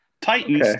Titans